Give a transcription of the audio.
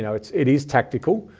yeah it's, it is tactical,